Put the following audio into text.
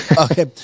okay